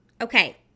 okay